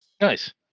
Nice